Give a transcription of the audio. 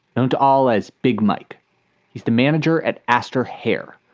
known to all as big mike he's the manager at astor hair,